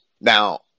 Now